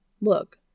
look